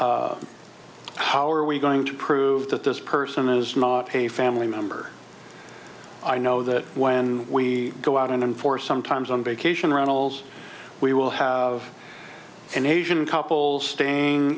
so how are we going to prove that this person is a family member i know that when we go out in force sometimes on vacation rentals we will have an asian couple staying